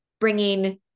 bringing